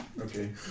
Okay